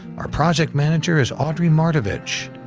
our project manager is audrey mardavich,